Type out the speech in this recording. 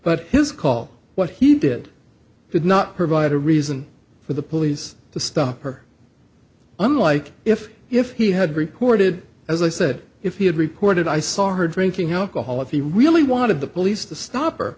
but his call what he did did not provide a reason for the police to stop her unlike if if he had reported as i said if he had reported i saw her drinking alcohol if he really wanted the police to stop or